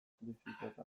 bizitzetan